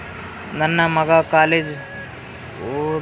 ನನ್ನ ಮಗ ಕಾಲೇಜ್ ಓದತಿನಿಂತಾನ್ರಿ ಅದಕ ಸಾಲಾ ತೊಗೊಲಿಕ ಎನೆನ ಕಾಗದ ಪತ್ರ ಬೇಕಾಗ್ತಾವು?